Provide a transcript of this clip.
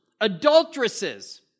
adulteresses